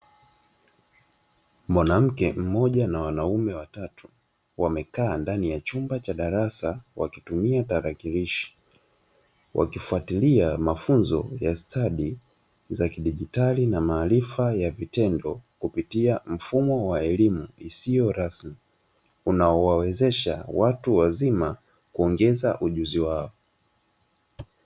Mwanamke mmoja na wanaume watatu wamekaa ndani ya chumba cha darasa wakitumia tarakirishi wakifwatalia mafunzo ya stadi za kidijitali na maarifa ya vitendo kupitia mfumo wa elimu isiyo rasmi unaowawezesha watu wazima kuongeza ujuzi wao.